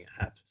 app